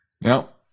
Now